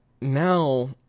Now